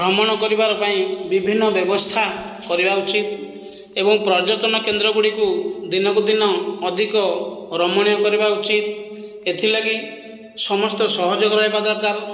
ଭ୍ରମଣ କରିବା ପାଇଁ ବିଭିନ୍ନ ବ୍ୟବସ୍ଥା କରିବା ଉଚିତ୍ ଏବଂ ପର୍ଯ୍ୟଟନ କେନ୍ଦ୍ରଗୁଡ଼ିକୁ ଦିନକୁ ଦିନ ଅଧିକ ରମଣୀୟ କରିବା ଉଚିତ୍ ଏଥିଲାଗି ସମସ୍ତଙ୍କର ସହଯୋଗ ରହିବା ଦରକାର